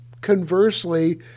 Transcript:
Conversely